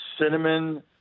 cinnamon